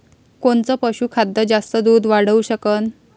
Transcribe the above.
कोनचं पशुखाद्य जास्त दुध वाढवू शकन?